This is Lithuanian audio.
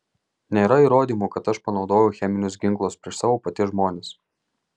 nėra įrodymų kad aš panaudojau cheminius ginklus prieš savo paties žmones